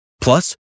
Plus